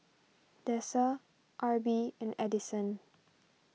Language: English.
Dessa Arbie and Edison